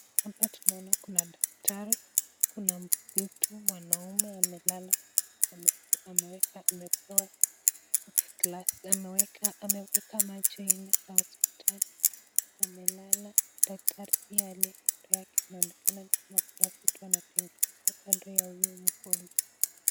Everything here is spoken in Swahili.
Hapa tunaona kuna daktari kuna mtu mwanaume amelala ameweka macho nne za hospitali amelala. Daktari pia aliye kando yake anaonekana nikama kuna vitu anatengeneza kando yake.